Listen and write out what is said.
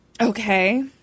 Okay